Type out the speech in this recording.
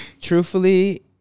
truthfully